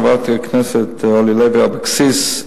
חברת הכנסת אורלי לוי אבקסיס,